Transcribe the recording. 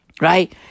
Right